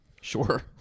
sure